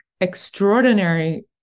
extraordinary